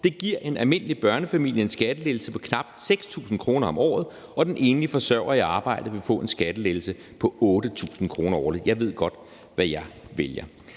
Det giver en almindelig børnefamilie en skattelettelse på knap 6.000 kr. om året, og den enlige forsørger i arbejdet vil få en skattelettelse på 8.000 kr. årligt. Jeg ved godt, hvad jeg vælger.